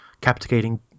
Captivating